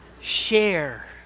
Share